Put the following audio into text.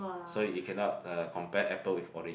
so you cannot uh compare apple with orange